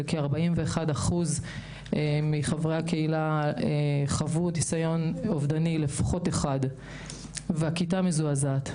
כ-41% מחברי הקהילה שחוו לפחות ניסיון אובדני אחד והכיתה מזועזעת.